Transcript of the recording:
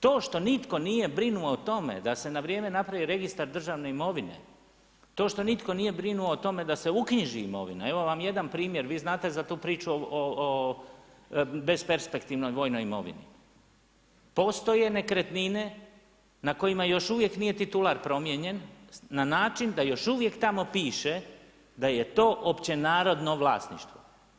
To što nitko nije brinuo o tome da se na vrijeme napravi registar državne imovine, to što nitko nije brinuo o tome da se uknjiži imovina, evo vam jedan primjer, vi znate za tu priču o besperspektivnoj vojnoj imovini, postoje nekretnine na kojima još uvijek nije titular promijenjen na način da tamo još uvijek piše da je to općenarodno vlasništvo.